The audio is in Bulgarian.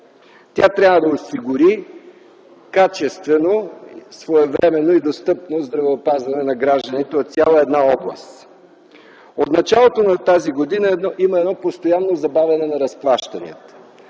Тя трябва да осигури качествено, своевременно и достъпно здравеопазване на гражданите от цяла една област. От началото на тази година има едно постоянно забавяне на разплащанията.